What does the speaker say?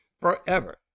forever